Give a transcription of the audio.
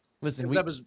Listen